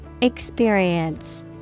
Experience